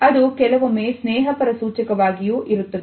ಅದು ಕೆಲವೊಮ್ಮೆ ಸ್ನೇಹಪರ ಸೂಚಕವಾಗಿಯೂ ಇರುತ್ತದೆ